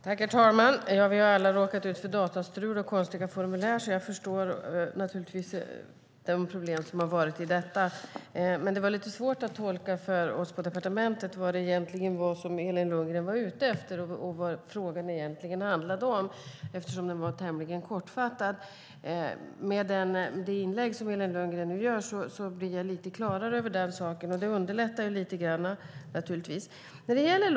Herr talman! Vi har alla råkat ut för datastrul och konstiga formulär, så jag förstår naturligtvis de problem som har varit. Det var dock lite svårt för oss på departementet att tolka vad det egentligen var som Elin Lundgren var ute efter och vad frågan egentligen handlade om eftersom den var tämligen kortfattad. Med det inlägg som Elin Lundgren nu gör blir det lite klarare, vilket naturligtvis underlättar.